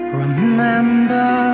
remember